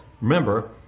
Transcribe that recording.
Remember